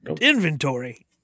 inventory